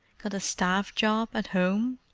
got a staff job at home?